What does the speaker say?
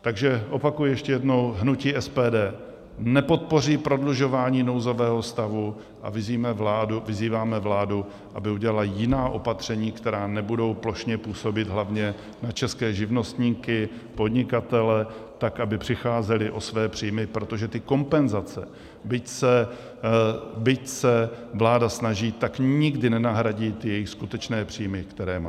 Takže opakuji ještě jednou, hnutí SPD nepodpoří prodlužování nouzového stavu a vyzýváme vládu, aby udělala jiná opatření, která nebudou plošně působit hlavně na české živnostníky, podnikatele tak, aby přicházeli o své příjmy, protože ty kompenzace, byť se vláda snaží, tak nikdy nenahradí jejich skutečné příjmy, které mají.